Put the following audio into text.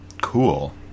cool